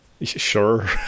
Sure